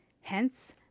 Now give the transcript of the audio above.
Hence